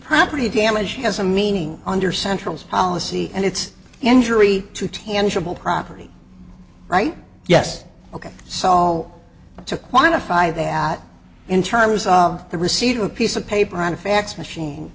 property damage has a meaning under central policy and it's injury to tangible property right yes ok saul to quantify that in terms of the receipt of a piece of paper on a fax machine